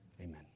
Amen